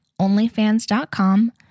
onlyfans.com